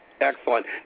Excellent